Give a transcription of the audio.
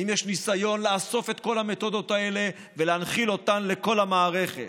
האם יש ניסיון לאסוף את כל המתודות האלה ולהנחיל אותן לכל המערכת?